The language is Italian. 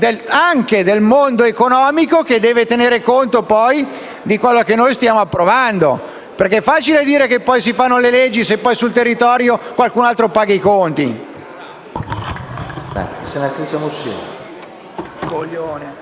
anche del mondo economico, che deve tener conto poi di ciò che stiamo approvando. È facile dire che si fanno le leggi se poi sul territorio qualcun altro paga i conti.